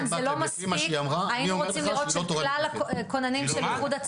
לפי מה שהיא אמרה היא לא תורנית מוקד,